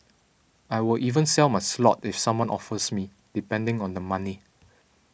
I will even sell my slot if someone offers me depending on the money